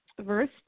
verse